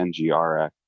NGRX